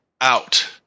out